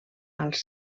als